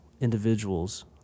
individuals